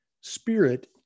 spirit